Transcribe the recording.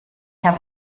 habe